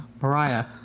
Mariah